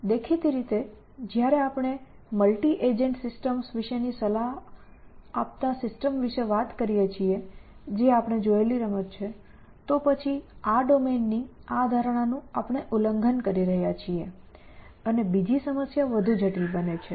દેખીતી રીતે જ્યારે આપણે મલ્ટિ એજન્ટ સિસ્ટમ્સ વિશેની સલાહ આપતા સિસ્ટમો વિશે વાત કરીએ છીએ જે આપણે જોયેલી રમત છે તો પછી આ ડોમેનની આ ધારણાનું આપણે ઉલ્લંઘન કરી રહ્યા છીએ અને બીજી સમસ્યા વધુ જટિલ બને છે